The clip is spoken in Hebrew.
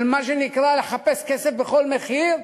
של מה שנקרא לחפש כסף בכל מחיר,